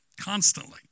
constantly